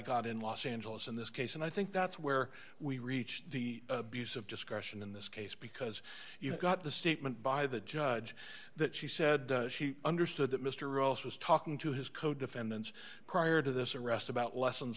got in los angeles in this case and i think that's where we reached the abuse of discretion in this case because you got the statement by the judge that she said she understood that mr olson was talking to his co defendants prior to this arrest about lessons